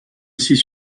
assis